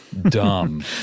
dumb